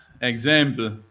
example